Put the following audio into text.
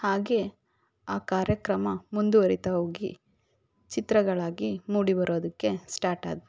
ಹಾಗೆ ಆ ಕಾರ್ಯಕ್ರಮ ಮುಂದುವರೀತ ಹೋಗಿ ಚಿತ್ರಗಳಾಗಿ ಮೂಡಿಬರೋದಕ್ಕೆ ಸ್ಟಾರ್ಟ್ ಆದವು